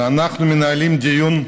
ואנחנו מנהלים דיון,